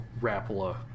rapala